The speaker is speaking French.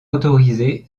autorisé